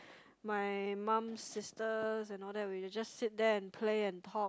my mum's sisters and all that we will just sit there and play and talk